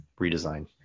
redesign